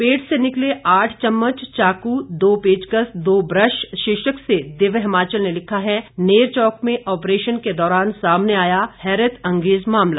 पेट से निकले आठ चम्मच चाकू दो पेचकस दो ब्रश शीर्षक से दिव्य हिमाचल ने लिखा है नेरचौक में आपरेशन के दौरान सामने आया हैरत अंगेज़ मामला